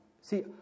See